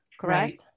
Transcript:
correct